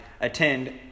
attend